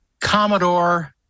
Commodore